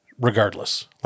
Regardless